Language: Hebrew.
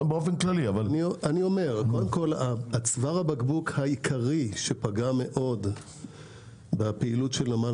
צוואר הבקבוק העיקרי שפגע מאוד בפעילות של נמל